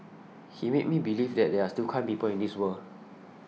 he made me believe that there are still kind people in this world